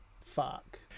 fuck